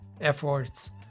efforts